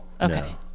Okay